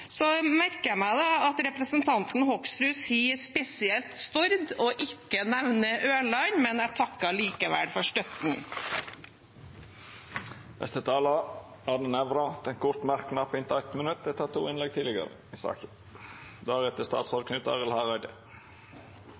Jeg merket meg at representanten Hoksrud nevnte Stord spesielt og ikke Ørland, men jeg takker likevel for støtten. Representanten Arne Nævra har hatt ordet to gonger tidlegare og får ordet til ein kort merknad, avgrensa til 1 minutt.